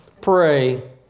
Pray